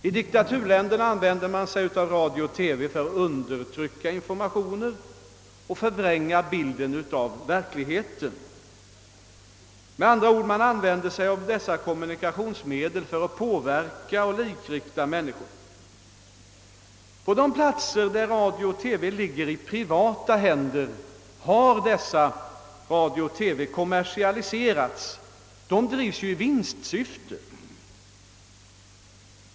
I diktaturländerna använder man radio och TV för att undertrycka informationer och förvränga bilden av verkligheten. Man använder med andra ord dessa kommunikationsmedel för att påverka och likrikta människor. I stater, där radio och TV ligger i privata händer, har verksamheten kommersialiserats och drivs i vinstsyfte.